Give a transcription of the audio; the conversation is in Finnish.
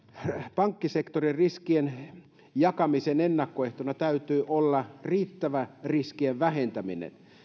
pankkisektorin riskien jakamisen ennakkoehtona täytyy olla riittävä riskien vähentäminen